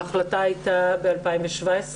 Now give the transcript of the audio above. ההחלטה הייתה ב-2017,